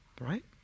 right